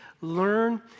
learn